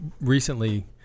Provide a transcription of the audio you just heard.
recently